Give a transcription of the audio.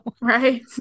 right